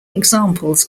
examples